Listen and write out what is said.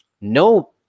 no